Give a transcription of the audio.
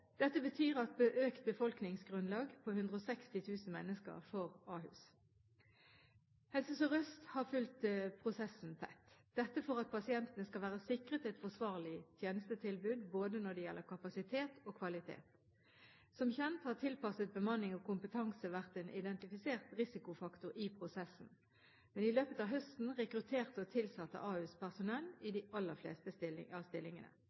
Dette betyr et økt befolkningsgrunnlag på 160 000 mennesker for Ahus. Helse Sør-Øst har fulgt prosessen tett, dette for at pasientene skal være sikret et forsvarlig tjenestetilbud både når det gjelder kapasitet og kvalitet. Som kjent har tilpasset bemanning og kompetanse vært en identifisert risikofaktor i prosessen. Men i løpet av høsten rekrutterte og tilsatte Ahus personell i de aller fleste stillingene.